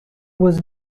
was